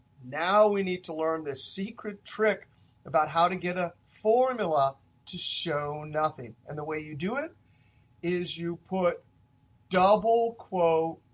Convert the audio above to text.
now we need to learn this secret trick about how to get a formula to show nothing. and the way you do it is you put double quote,